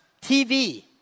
TV